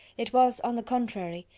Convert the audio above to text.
it was, on the contrary,